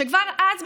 שכבר אז,